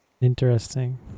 interesting